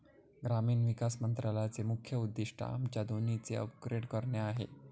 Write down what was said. ग्रामीण विकास मंत्रालयाचे मुख्य उद्दिष्ट आमच्या दोन्हीचे अपग्रेड करणे आहे